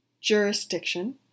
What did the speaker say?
jurisdiction